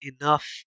enough